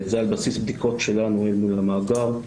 זה על בסיס בדיקות שלנו אל מול המאגר.